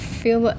feel